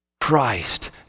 Christ